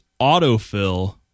Autofill